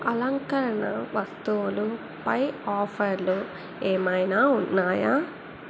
అలంకరణ వస్తువులు పై ఆఫర్లు ఏమైనా ఉన్నాయా